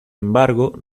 embargo